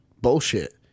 bullshit